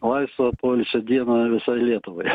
laisvą poilsio dieną visai lietuvai